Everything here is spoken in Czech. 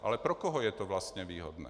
Ale pro koho je to vlastně výhodné?